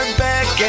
back